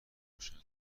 روشن